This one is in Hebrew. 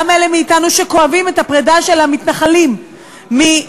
גם אלה מאתנו שכואבים את הפרידה של המתנחלים מגוש-קטיף,